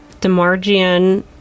Demargian